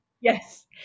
Yes